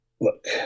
Look